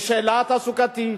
יש שאלה תעסוקתית,